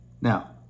Now